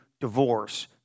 divorce